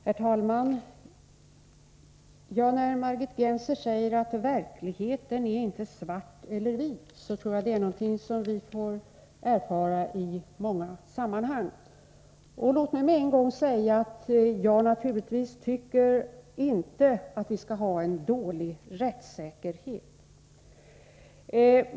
Herr talman! Margit Gennser säger att verkligheten inte är ”antingen vit eller svart”, och jag tror att det är någonting som vi får erfara i många sammanhang. Låt mig med en gång säga att jag naturligtvis inte tycker att vi skall ha en dålig rättssäkerhet.